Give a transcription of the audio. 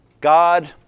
God